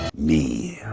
me.